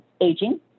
aging